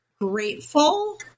grateful